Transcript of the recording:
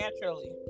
naturally